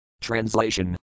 Translation